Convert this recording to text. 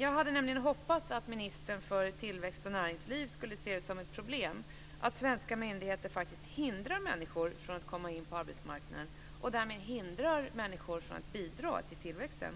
Jag hade nämligen hoppats att ministern för tillväxt och näringsliv skulle se det som ett problem att svenska myndigheter faktiskt hindrar människor från att komma in på arbetsmarknaden och därmed hindrar människor från att bidra till tillväxten.